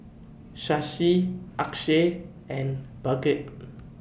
Shashi Akshay and Bhagat